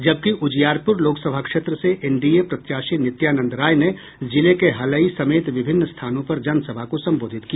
जबकि उजियारपुर लोकसभा क्षेत्र से एनडीए प्रत्याशी नित्यानंद राय ने जिले के हलई समेत विभिन्न स्थानों पर जनसभा को संबोधित किया